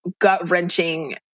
gut-wrenching